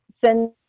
send